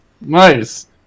nice